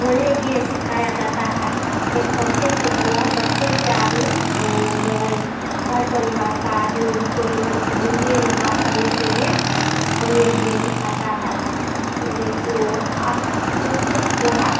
बोलने के लिए सिखाया जाता है एक बच्चे से जो है बच्चे से आदमी जो है घर परिवार का आदमी को हिन्दी में बात करने के लिए बोलने के लिए सिखाता है यही आप कुछ कुछ जो है